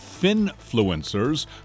Finfluencers